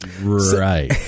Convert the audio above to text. Right